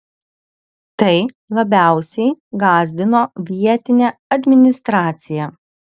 tai labiausiai gąsdino vietinę administraciją